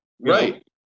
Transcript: right